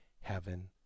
heaven